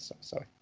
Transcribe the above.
sorry